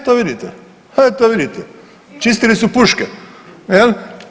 Eto vidite, eto vidite, čistili su puške, jel.